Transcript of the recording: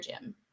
gym